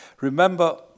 Remember